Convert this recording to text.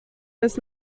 bis